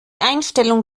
einstellung